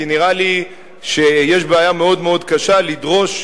כי נראה לי שיש בעיה מאוד מאוד קשה לדרוש,